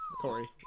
Corey